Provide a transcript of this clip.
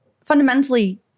fundamentally